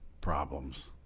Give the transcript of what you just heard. Problems